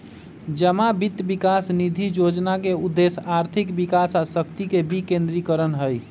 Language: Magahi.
जमा वित्त विकास निधि जोजना के उद्देश्य आर्थिक विकास आ शक्ति के विकेंद्रीकरण हइ